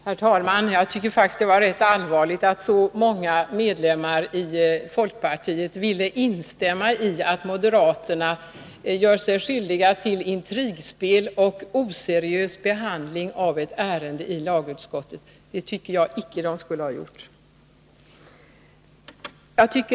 Herr talman! Jag tycker faktiskt att det var rätt allvarligt att så många medlemmar i folkpartiet ville instämma i uttalandet att moderaterna gör sig skyldiga till intrigspel och oseriös behandling av ett ärende i lagutskottet. Det tycker jag icke de skulle ha gjort.